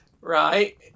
Right